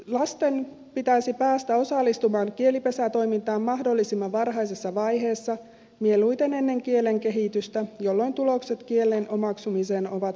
lasten pitäisi päästä osallistumaan kielipesätoimintaan mahdollisimman varhaisessa vaiheessa mieluiten ennen kielen kehitystä jolloin tulokset kielen omaksumisessa ovat parhaita